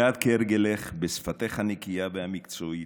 ואת, כהרגלך, בשפתך הנקייה והמקצועית,